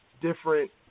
different